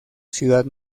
ciudad